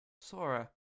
Sora